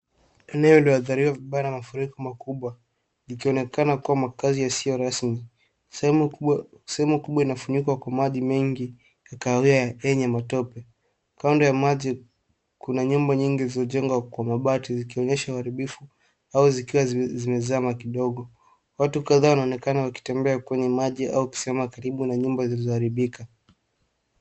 Eneo iliyoathiriwa vibaya na mafuriko makubwa, ikionekana kuwa makazi yasiyo rasmi. Sehemu kubwa inafunikwa kwa maji mengi ya kahawia yenye matope. Kando ya maji, kuna nyumba nyingi zilizojengwa kwa mabati zikionyesha uharibifu au zikiwa zimezama kidogo. Watu kadhaa wanaonekana wakitembea kwenye maji au kisima karibu na nyumba zilizoharibika.